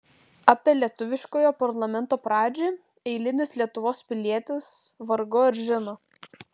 apie lietuviškojo parlamento pradžią eilinis lietuvos pilietis vargu ar žino